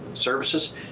services